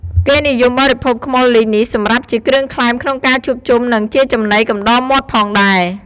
គេនិយមបរិភោគខ្មុលលីងនេះសម្រាប់ជាគ្រឿងក្លែមក្នុងការជួបជុំ និងជាចំណីកំដរមាត់ផងដែរ។